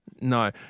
No